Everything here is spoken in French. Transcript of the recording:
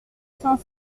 cinq